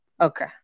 Okay